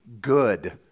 good